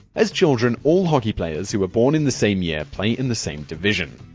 as children, all hockey players who are born in the same year play in the same division.